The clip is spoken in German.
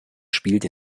spielt